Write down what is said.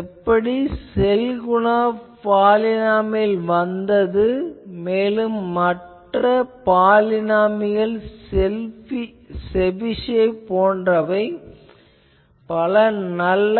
எப்படி Schelkunoff polynomial எப்படி வந்தது மேலும் மற்ற பாலினாமியல்கள் செபிஷேவ் போன்றவை பல நல்ல